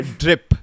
drip